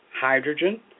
Hydrogen